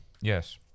Yes